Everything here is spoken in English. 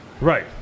Right